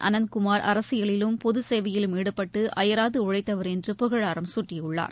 அனந்தகுமார் அரசியலிலும் பொதுசேவையிலும் ஈடுபட்டுஅயராதுஉழைத்தவர் என்று புகழாரம் சூட்டியுள்ளார்